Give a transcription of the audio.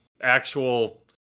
actual